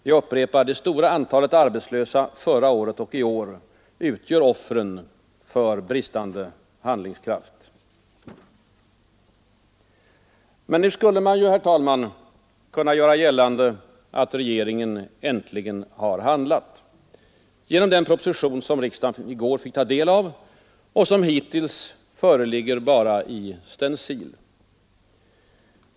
Jag upprepar: Det stora antalet arbetslösa förra året och i år utgör offren för bristande handlingskraft. Men nu skulle man ju, herr talman, kunna göra gällande att regeringen äntligen har handlat — genom den proposition, som riksdagen i går fick ta del av och som hittills föreligger bara i stencil.